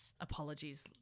Apologies